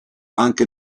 anche